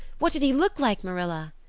what did he look like marilla?